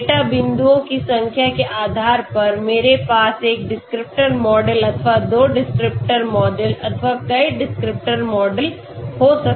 तो डेटा बिंदुओं की संख्या के आधार पर मेरे पास एक डिस्क्रिप्टर मॉडल अथवा दो डिस्क्रिप्टर मॉडलअथवा कई डिस्क्रिप्टर मॉडल हो सकते हैं